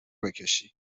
بکشی